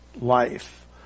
life